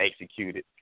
executed